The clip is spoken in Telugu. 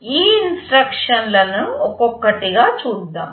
ఈ ఇన్స్ట్రక్షన్ల లను ఒక్కొక్కటిగా చూద్దాం